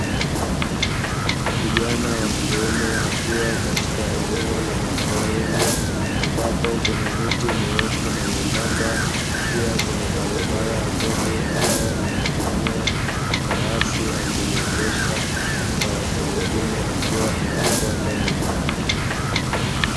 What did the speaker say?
Kijana wa kiume akiwa katika eneo la maporini ambapo kuna miti mirefu na myembamba, pia kuna barabara ya vumbi ambayo anatumia farasi akimuendesha, farasi mwingine akiwa anamfuata nyuma yake.